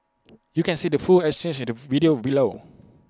you can see the full exchange the video below